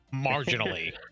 marginally